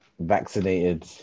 vaccinated